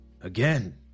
Again